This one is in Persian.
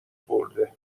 برده